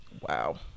Wow